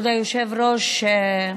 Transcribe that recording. כבוד היושב-ראש,